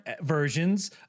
versions